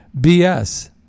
BS